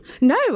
No